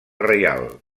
reial